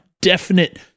definite